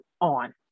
on